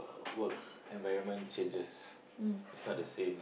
work environment changes it's not the same